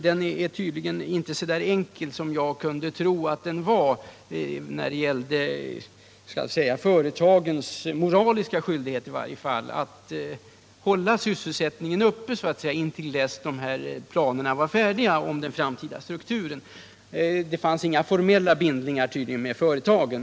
Sedan är det tydligen inte riktigt så enkelt som jag trodde när det gäller företagens skyldighet att hålla sysselsättningen uppe till dess planerna rörande den framtida stålindustristrukturen är klara. Det tycks inte finnas några formella bindningar med företagen.